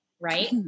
right